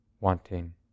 wanting